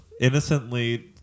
innocently